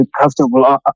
comfortable